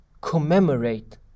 commemorate